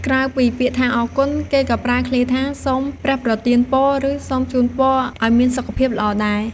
ក្រៅពីពាក្យថាអរគុណ គេក៏ប្រើឃ្លាថា សូមព្រះប្រទានពរ ឬ សូមជូនពរឱ្យមានសុខភាពល្អដែរ។